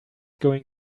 going